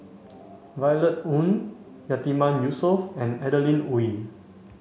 Violet Oon Yatiman Yusof and Adeline Ooi